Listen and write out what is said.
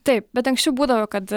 taip bet anksčiau būdavo kad